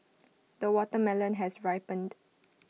the watermelon has ripened